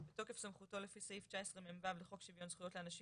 בתוקף סמכותו לפי סעיף 19מו לחוק שוויון זכויות לאנשים